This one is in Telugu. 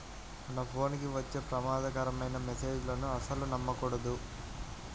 మన ఫోన్ కి వచ్చే ప్రమాదకరమైన మెస్సేజులను అస్సలు నమ్మకూడదు